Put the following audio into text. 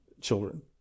children